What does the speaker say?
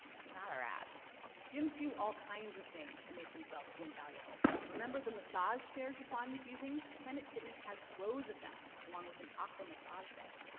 it's not our abs gyms do all kinds of things to make themselves seem valuable. remember the massage chairs gequan was using? planet fitness has rows of them, along with an aqua massage bed.